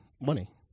Money